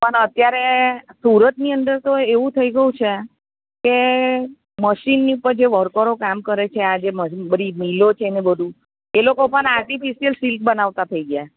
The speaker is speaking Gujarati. પણ અત્યારે સુરતની અંદર તો એવું થઈ ગયું છે કે મશીનની પર જે વર્કરો કામ કરે છે આજે મિલો છે ને બધું એ લોકો પણ આર્ટિફિશિયલ સિલ્ક બનાવતા થઈ ગયા